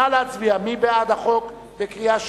נא להצביע, מי בעד החוק בקריאה שנייה,